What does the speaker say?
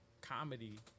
comedy